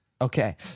Okay